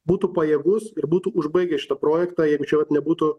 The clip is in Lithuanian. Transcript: būtų pajėgus ir būtų užbaigęs šitą projektą ir čia vat nebūtų